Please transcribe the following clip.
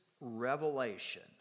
revelation